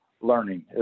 learning